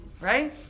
Right